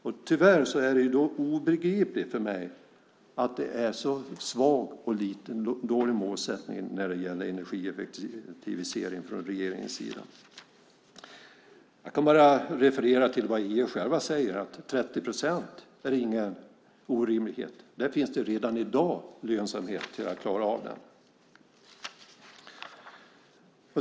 Det är obegripligt för mig att det är en så dålig målsättning när det gäller energieffektivisering från regeringens sida. Jag kan bara referera till vad IEA själva säger, att 30 procent inte är någon orimlighet. Det finns redan i dag lönsamhet för att klara av det.